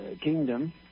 kingdom